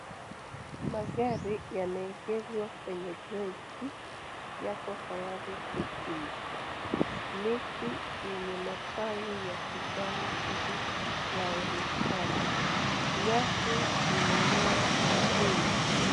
Magari yameegeshwa kwenye gereji yako tayari kuuzwa. Miti yenye matawi ya kijani kibichi yaonekana. Nyasi imemea humu.